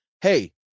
hey